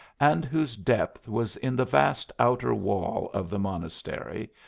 and whose depth was in the vast outer wall of the monastery,